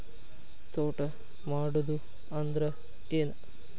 ತೋಟ ಮಾಡುದು ಅಂದ್ರ ಏನ್?